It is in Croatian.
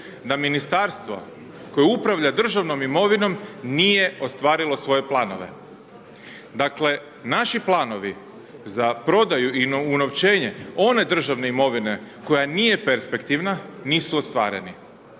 da Ministarstvo koje upravlja državnom imovinom nije ostvarilo svoje planove. Dakle, naši planovi za prodaju i unovčenje one državne imovine koja nije perspektivna, nisu ostvareni.